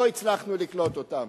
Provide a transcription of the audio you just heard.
לא הצלחנו לקלוט אותם.